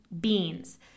beans